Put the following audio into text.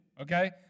Okay